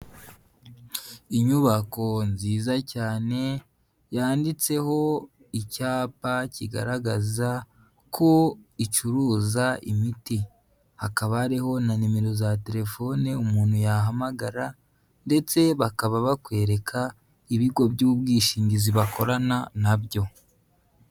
Inyubako nziza cyane, yanditseho icyapa kigaragaza ko icuruza imiti. Hakaba hariho na nimero za telefone umuntu yahamagara, ndetse bakaba bakwereka ibigo by'ubwishingizi bakorana na byo.